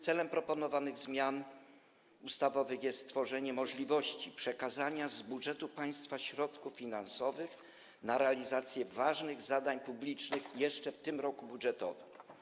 Celem proponowanych zmian ustawowych jest stworzenie możliwości przekazania z budżetu państwa środków finansowych na realizację ważnych zadań publicznych jeszcze w tym roku budżetowym.